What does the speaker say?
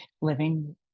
living